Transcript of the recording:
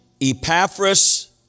Epaphras